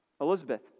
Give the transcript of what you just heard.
Elizabeth